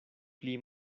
pli